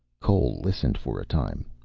cole listened for a time.